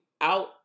out